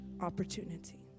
opportunity